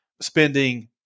spending